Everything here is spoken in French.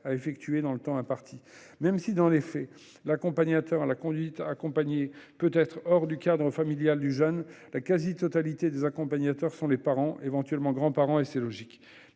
kilomètres dans le temps imparti. Même si, dans les faits, l'accompagnateur à la conduite accompagnée peut être choisi hors du cadre familial du jeune, la quasi-totalité des accompagnateurs sont les parents ou, éventuellement, les grands-parents, ce qui est logique.